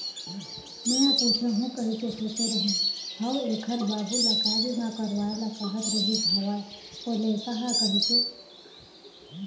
मेंहा पूछहूँ कहिके सोचे रेहे हव ऐखर बाबू ल काय बीमा करवाय ल कहत रिहिस हवय ओ लइका ह कहिके